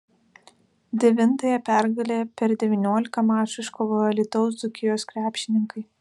devintąją pergalę per devyniolika mačų iškovojo alytaus dzūkijos krepšininkai